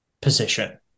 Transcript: position